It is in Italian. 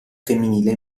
femminile